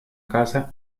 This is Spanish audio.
casa